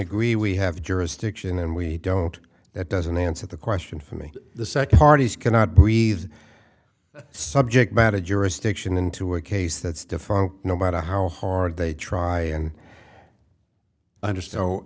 agree we have jurisdiction and we don't that doesn't answer the question for me the second parties cannot breathe subject matter jurisdiction into a case that's different no matter how hard they try and under